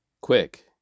Quick